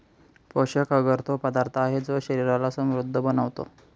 पोषक अगर तो पदार्थ आहे, जो शरीराला समृद्ध बनवतो